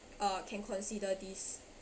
uh can consider this